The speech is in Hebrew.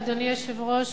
אדוני היושב-ראש,